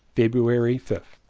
february fifth.